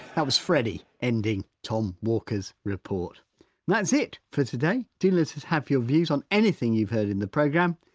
that was freddy ending tom walker's report and that's it for today. do let us have your views on anything you've heard in the programme.